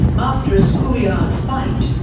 after a schoolyard fight,